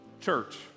church